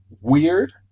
weird